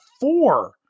four-